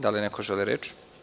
Da li neko želi reč?